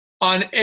On